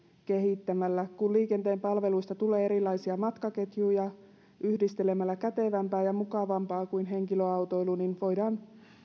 kehittämällä kun liikenteen palveluista tulee erilaisia matkaketjuja yhdistelemällä kätevämpää ja mukavampaa kuin henkilöautoilu voidaan